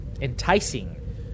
enticing